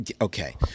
Okay